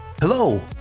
Hello